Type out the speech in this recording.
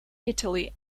italy